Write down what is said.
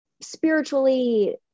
spiritually